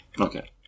okay